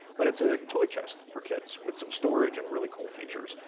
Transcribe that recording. but it's a toy chest for kids with some storage and really cool features.